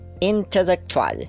intellectual